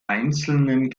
einzelnen